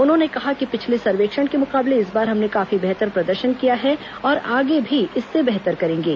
उन्होंने कहा कि पिछले सर्वेक्षण के मुकाबले इस बार हमने काफी बेहतर प्रदर्शन किया है और आगे भी इससे बेहतर करेंगे